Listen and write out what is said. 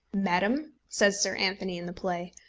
madam, says sir anthony in the play,